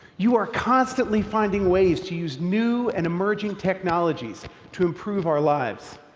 you are constantly finding ways to use knew and emerging technologies to improve our lives.